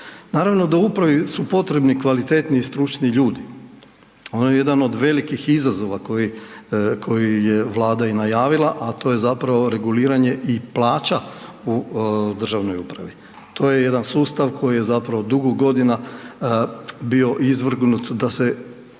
Naravno da upravi su potrebni kvalitetni i stručni ljudi, ona je jedan od velikih izazova koji je Vlada i najavila a to je zapravo reguliranje i plaća u državnoj upravi. To je jedan sustav koji je zapravo dugo godina bio izvrgnut da se